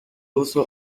also